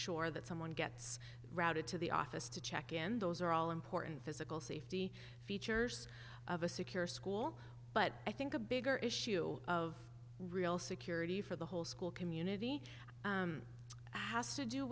sure that someone gets routed to the office to check in those are all important physical safety features of a secure school but i think a bigger issue of real security for the whole school community has to do